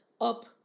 up